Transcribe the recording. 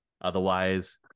Otherwise